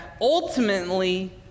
ultimately